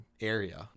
area